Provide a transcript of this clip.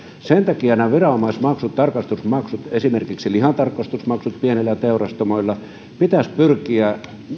sen takia nämä viranomaismaksut tarkastusmaksut esimerkiksi lihantarkastusmaksut pienillä teurastamoilla pitäisi pyrkiä